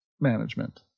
management